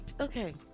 Okay